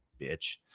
bitch